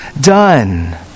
done